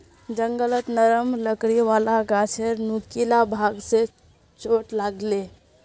जंगलत नरम लकड़ी वाला गाछेर नुकीला भाग स चोट लाग ले